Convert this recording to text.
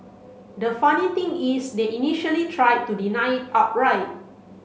the funny thing is they initially try to deny outright